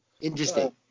Interesting